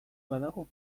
badago